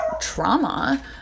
trauma